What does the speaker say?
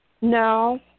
No